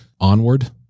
Onward